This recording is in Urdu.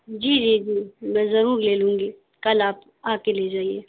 جی جی میں ضرور لے لوں گی کل آکے آپ لے جائیے